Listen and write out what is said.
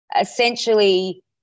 Essentially